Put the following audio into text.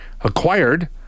acquired